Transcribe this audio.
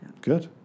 Good